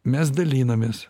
mes dalinamės